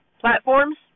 platforms